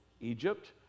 Egypt